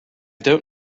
don’t